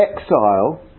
exile